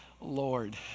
Lord